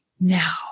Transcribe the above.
now